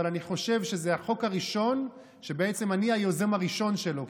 אבל אני חושב שזה החוק הראשון שבעצם אני היוזם הראשון שלו,